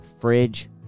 Fridge